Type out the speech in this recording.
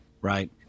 Right